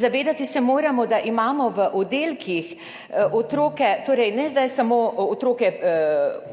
Zavedati se moramo, da imamo na oddelkih ne samo otroke učence